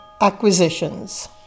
acquisitions